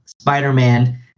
Spider-Man